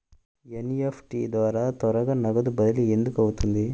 NEFT ద్వారా త్వరగా నగదు బదిలీ ఎందుకు అవుతుంది?